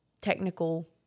technical